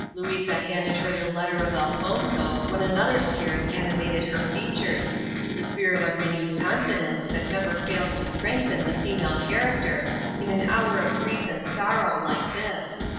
louisa handed her the letter of elfonzo, when another spirit animated her features the spirit of renewed confidence that never fails to strengthen the female character in an hour of grief and sorrow like this,